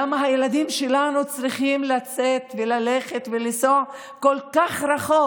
למה הילדים שלנו צריכים לצאת וללכת ולנסוע כל כך רחוק